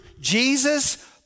Jesus